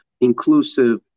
inclusive